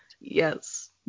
Yes